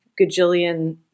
gajillion